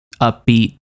upbeat